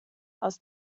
aus